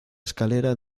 escalera